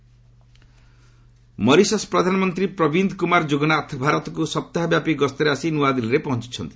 Mauritius PM Mauritius ପ୍ରଧାନମନ୍ତ୍ରୀ ପ୍ରବୀନ୍ଦ୍ କୁମାର ଯୁଗନାଥ ଭାରତକୁ ସପ୍ତାହବ୍ୟାପୀ ଗସ୍ତରେ ଆସି ଆଜି ନୂଆଦିଲ୍ଲୀରେ ପହଞ୍ଚୁଛନ୍ତି